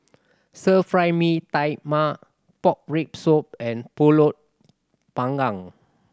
Stir Fry Mee Tai Mak pork rib soup and Pulut Panggang